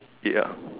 ya